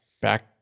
back